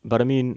but I mean